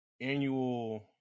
annual